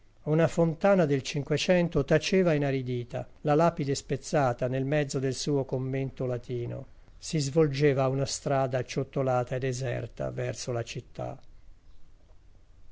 una fontana del cinquecento taceva inaridita la lapide spezzata nel mezzo del suo commento latino si svolgeva una strada acciottolata e deserta verso la città